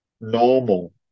normal